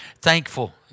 Thankful